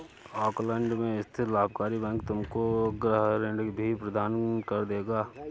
Auckland में स्थित लाभकारी बैंक तुमको गृह ऋण भी प्रदान कर देगा